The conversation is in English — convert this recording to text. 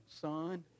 son